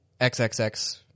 XXX